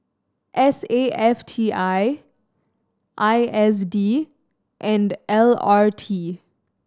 S A F T I I S D and L R T